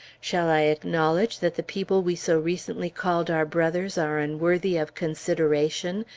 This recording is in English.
shall i acknowledge that the people we so recently called our brothers are unworthy of consideration,